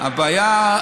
מה הבעיה?